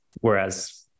Whereas